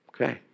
Okay